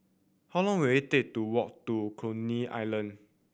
how long will it take to walk to Coney Island